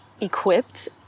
equipped